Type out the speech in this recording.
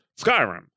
Skyrim